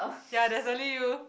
ya that's only you